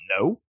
no